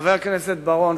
חבר הכנסת בר-און,